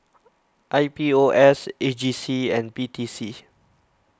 I P O S A G C and P T C